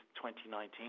2019